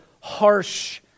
harsh